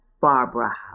Barbara